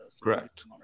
Correct